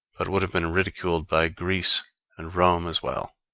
but would have been ridiculed by greece and rome as well.